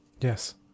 Yes